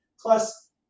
plus